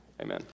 Amen